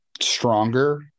stronger